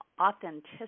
authenticity